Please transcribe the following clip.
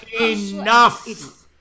enough